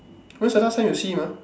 when's the last time you see him ah